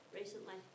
recently